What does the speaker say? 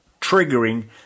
triggering